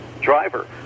driver